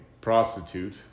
prostitute